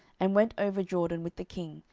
and went over jordan with the king,